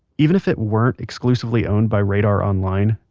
even if it weren't exclusively owned by radar online,